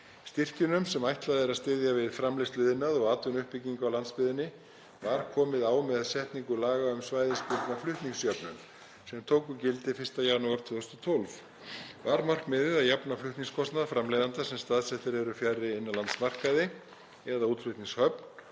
Styrkjunum, sem ætlað er að styðja við framleiðsluiðnað og atvinnuuppbyggingu á landsbyggðinni, var komið á með setningu laga um svæðisbundna flutningsjöfnun sem tóku gildi 1. janúar 2012. Var markmiðið að jafna flutningskostnað framleiðenda sem staðsettir eru fjarri innanlandsmarkaði eða útflutningshöfn